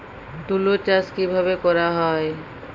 তুলো চাষ কিভাবে করা হয়?